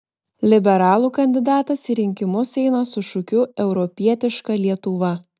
liberalų kandidatas į rinkimus eina su šūkiu europietiška lietuva